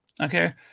okay